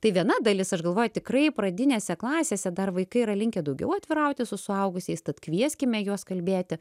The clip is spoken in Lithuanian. tai viena dalis aš galvoju tikrai pradinėse klasėse dar vaikai yra linkę daugiau atvirauti su suaugusiais tad kvieskime juos kalbėti